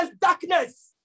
darkness